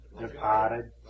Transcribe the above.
Departed